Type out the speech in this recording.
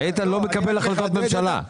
איתן לא מקבל החלטות ממשלה,